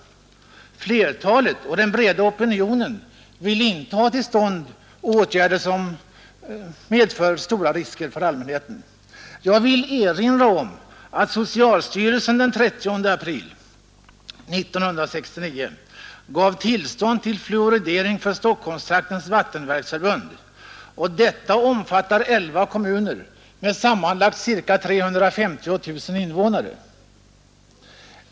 Flertalet i den breda opinionen vill inte ha till stånd åtgärder som medför stora risker för allmänheten. Jag vill erinra om att socialstyrelsen den 30 april 1969 gav tillstånd till fluoridering för Stockholmstraktens vattenverksförbund. Detta omfattar 11 kommuner med sammanlagt ca 350 000 invånare.